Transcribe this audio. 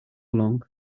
long